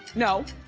no.